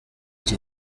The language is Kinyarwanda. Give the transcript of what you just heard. iki